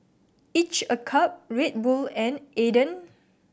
Each a Cup Red Bull and Aden